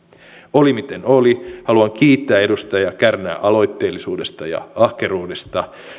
oli miten oli haluan kiittää edustaja kärnää aloitteellisuudesta ja ahkeruudesta